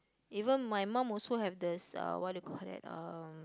even my mum also have the s~ uh what you call that um